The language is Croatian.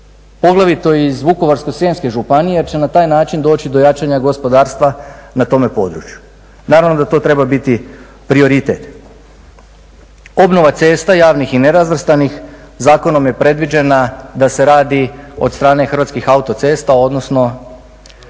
poglavito iz Vukovarsko-srijemske županije jer će na taj način doći do jačanja gospodarstva na tome području. Naravno da to treba biti prioritet. Obnova cesta, javnih i nerazvrstanih, zakonom je predviđena da se radi od strane Hrvatskih autocesta, odnosno